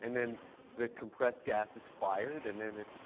and then the compressed gas is fired, and then it's